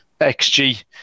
XG